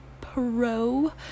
Pro